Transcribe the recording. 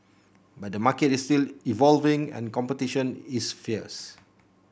but the market is still evolving and competition is fierce